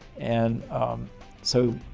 and so,